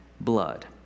blood